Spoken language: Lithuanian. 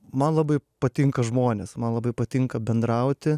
man labai patinka žmonės man labai patinka bendrauti